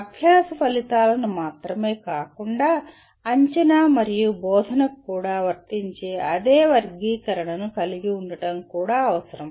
అభ్యాస ఫలితాలను మాత్రమే కాకుండా అంచనా మరియు బోధనకు కూడా వర్తించే అదే వర్గీకరణను కలిగి ఉండటం కూడా అవసరం